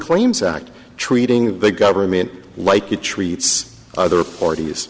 claims act treating the government like it treats other parties